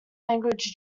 language